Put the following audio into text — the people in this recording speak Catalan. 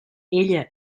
ella